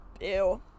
Ew